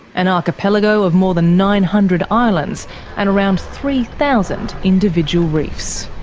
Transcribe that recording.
an archipelago of more than nine hundred islands and around three thousand individual reefs.